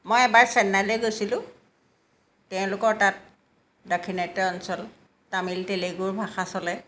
মই এবাৰ চেন্নাইলৈ গৈছিলোঁ তেওঁলোকৰ তাত দক্ষিণাট্য অঞ্চল তামিল তেলেগুৰ ভাষা চলে